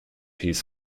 his